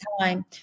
time